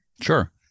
Sure